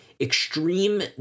Extreme